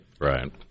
Right